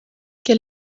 quel